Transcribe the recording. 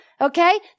okay